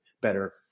better